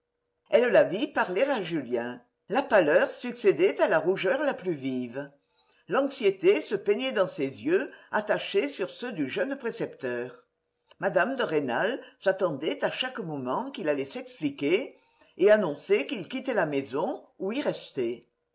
elle la vit parler à julien la pâleur succédait à la rougeur la plus vive l'anxiété se peignait dans ses yeux attachés sur ceux du jeune précepteur mme de rênal s'attendait à chaque moment qu'il allait s'expliquer et annoncer qu'il quittait la maison ou y restait